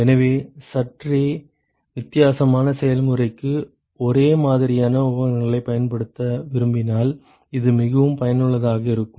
எனவே சற்றே வித்தியாசமான செயல்முறைக்கு ஒரே மாதிரியான உபகரணங்களைப் பயன்படுத்த விரும்பினால் இது மிகவும் பயனுள்ளதாக இருக்கும்